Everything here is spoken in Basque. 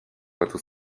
batu